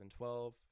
2012